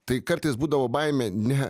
tai kartais būdavo baimė ne